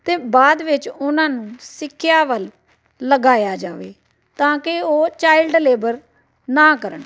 ਅਤੇ ਬਾਅਦ ਵਿੱਚ ਉਹਨਾਂ ਨੂੰ ਸਿੱਖਿਆ ਵੱਲ ਲਗਾਇਆ ਜਾਵੇ ਤਾਂ ਕਿ ਉਹ ਚਾਇਲਡ ਲੇਬਰ ਨਾ ਕਰਨ